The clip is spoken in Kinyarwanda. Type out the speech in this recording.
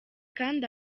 kandi